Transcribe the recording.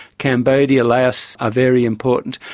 cambodia, laos are very important.